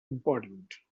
important